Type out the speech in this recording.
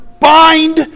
bind